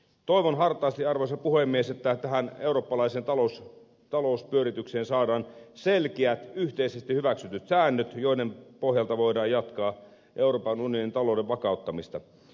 toivon hartaasti arvoisa puhemies että tähän eurooppalaiseen talouspyöritykseen saadaan selkeät yhteisesti hyväksytyt säännöt joiden pohjalta voidaan jatkaa euroopan unionin talouden vakauttamista